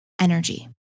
energy